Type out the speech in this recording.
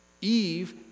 Eve